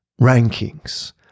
rankings